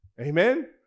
Amen